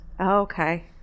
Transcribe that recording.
Okay